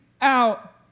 out